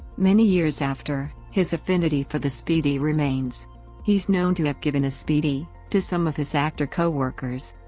many years after, his affinity for the speedy remains he's known to have given a speedy to some of his actor-coworkers.